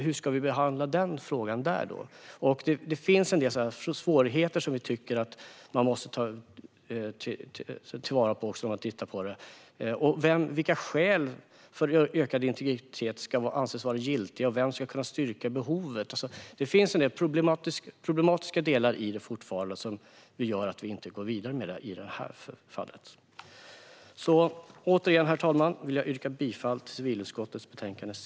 Hur ska vi behandla frågan där? Det finns en del sådana svårigheter som vi tycker att man måste ta i beaktande när man tittar på detta. Vilka skäl för ökad integritet ska anses vara giltiga, och vem ska kunna styrka behovet? Det finns fortfarande en del problematiska delar i detta som gör att vi i det här fallet inte går vidare med det. Återigen, herr talman, vill jag yrka bifall till förslaget i civilutskottets betänkande CU6.